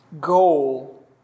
goal